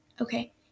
Okay